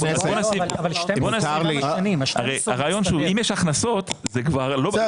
הרי הרעיון שאם יש כבר הכנסות זה כבר לא -- אתה